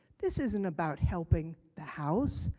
this isn't about helping the house.